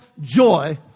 joy